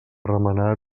remenar